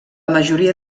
majoria